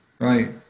right